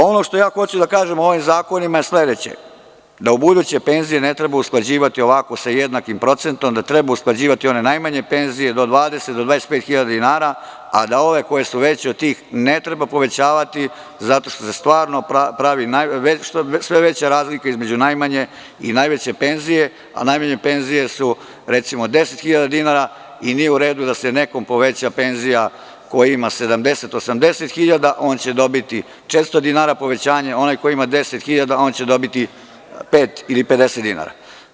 Ono što hoću da kažem u ovim zakonima je sledeće, da ubuduće penzije ne treba usklađivati ovako sa jednakim procentom, da treba usklađivati one najmanje penzije do 20 do 25.000 dinara a da ove koje su veće od tih ne treba povećavati zato što je sve veća razlika između najmanje i najveće penzije a najmanje penzije su recimo 10.000 dinara i nije u redu da se nekom poveća penzija ko ima 70.000, 80.000 on će dobiti 400 dinara povećanje a onaj ko ima 10.000 on će dobiti pet ili 50 dinara.